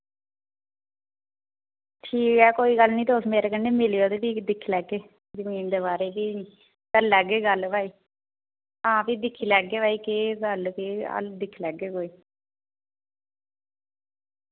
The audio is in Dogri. ठीक ऐ कोई गल्ल नि तुस मेरे कन्नै मिलेओ ते फ्ही दिक्खी लैगे जमीन दे बारे कि करी लैगे गल्ल भाई हां फ्ही दिक्खी लैगे भाई केह् गल्ल केह् हल दिक्ख लैगे कोई